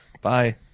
bye